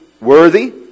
worthy